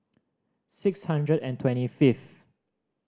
six hundred and twenty fifth